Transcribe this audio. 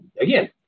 again